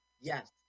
yes